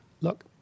Look